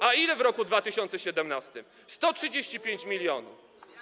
A ile w roku 2017? 135 mln.